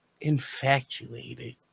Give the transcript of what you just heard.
infatuated